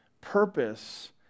purpose